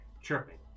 chirping